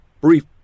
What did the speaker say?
brief